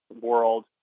world